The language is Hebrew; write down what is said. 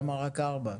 למה רק ארבע פעמים?